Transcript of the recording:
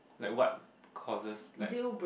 like what causes like